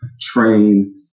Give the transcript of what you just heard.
train